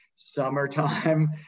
summertime